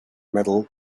metal